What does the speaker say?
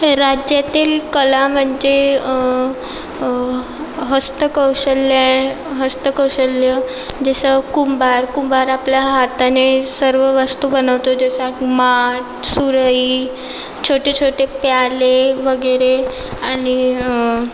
हे राज्यातील कला म्हणजे हस्त कौशल्ये हस्त कौशल्य जसं कुंभार कुंभार आपल्या हाताने सर्व वस्तू बनवतो जसा माठ सुरई छोटे छोटे प्याले वगैरे आणि